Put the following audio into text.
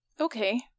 Okay